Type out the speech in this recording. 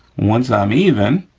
once i'm even,